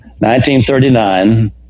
1939